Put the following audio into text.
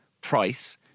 price